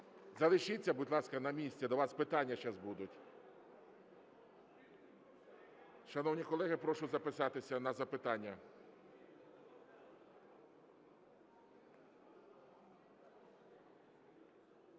Залишіться, будь ласка, на місці, до вас питання зараз будуть. Шановні колеги, прошу записатися на запитання.